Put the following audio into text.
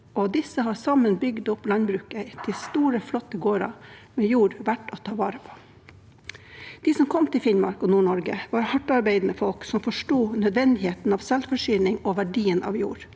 disse har sammen bygd opp landbruket til store, flotte gårder med jord verdt å ta vare på. De som kom til Finnmark og Nord-Norge, var hardtarbeidende folk som forsto nødvendigheten av selvforsyning og verdien av jord.